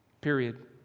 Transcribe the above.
period